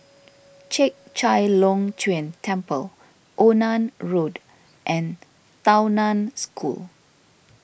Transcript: Chek Chai Long Chuen Temple Onan Road and Tao Nan School